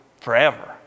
forever